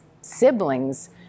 siblings